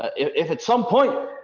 if at some point,